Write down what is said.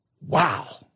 wow